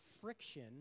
friction